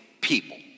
people